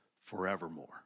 forevermore